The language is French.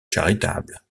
charitable